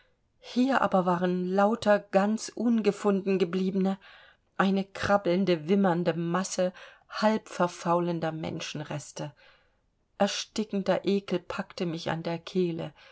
hier aber waren lauter ganz ungefunden gebliebene eine krabbelnde wimmernde masse halbverfaulter menschenreste erstickender ekel packte mich an der kehle